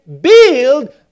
build